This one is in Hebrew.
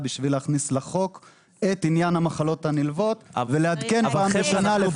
כדי להכניס לחוק את עניין המחלות הנלוות ולעדכן פעם בשנה.